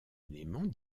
éléments